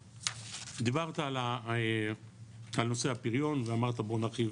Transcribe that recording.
דיברת על נושא הפריון ואמרת "בוא נרחיב